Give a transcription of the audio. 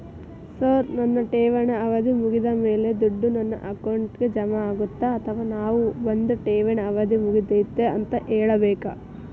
Sir ನನ್ನ ಠೇವಣಿ ಅವಧಿ ಮುಗಿದಮೇಲೆ, ದುಡ್ಡು ನನ್ನ ಅಕೌಂಟ್ಗೆ ಜಮಾ ಆಗುತ್ತ ಅಥವಾ ನಾವ್ ಬಂದು ಠೇವಣಿ ಅವಧಿ ಮುಗದೈತಿ ಅಂತ ಹೇಳಬೇಕ?